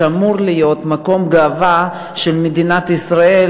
שאמור להיות מקום גאווה של מדינת ישראל